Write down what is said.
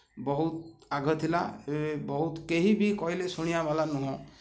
ବହୁତ୍ ଆଗରେ ଥିଲା କେହିବି କହିଲେ ଶୁଣିବାବାଲା ନୁହଁ